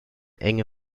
enge